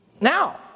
Now